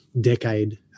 decade